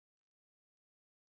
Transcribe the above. join nursing